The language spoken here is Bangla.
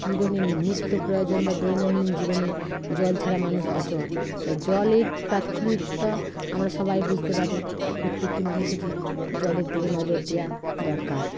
জীবনে নিত্য প্রয়োজন বা দৈনন্দিন জীবনে জল ছাড়া মানুষ অচল তাই জলের তাৎক্ষণিকতা আমরা সবাই বুঝতে পারি তাই প্রত্যেকটি মানুষেরই জলের দিকে নজর দেওয়া দরকার